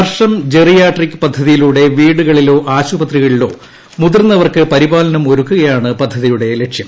ഹർഷം geriatric പദ്ധതിയിലൂടെ വീടുകളിലോ ആശുപത്രികളിലോ മുതിർന്നവർക്ക് പരിപാലനം ഒരുക്കുകയാണ് പദ്ധതിയുടെ ലക്ഷ്യം